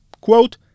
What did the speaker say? Quote